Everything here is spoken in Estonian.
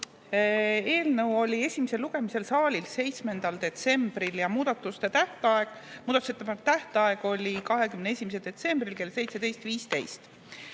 Eelnõu oli esimesel lugemisel saalis 7. detsembril ja muudatusettepanekute tähtaeg oli 21. detsembril kell 17.15.